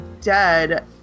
dead